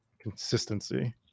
consistency